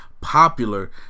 popular